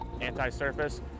anti-surface